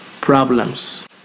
problems